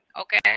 Okay